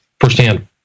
firsthand